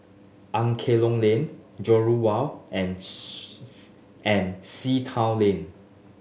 Angklong Lane Jurong Wharf and and Sea Town Lane